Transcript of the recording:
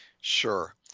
Sure